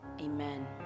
Amen